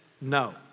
no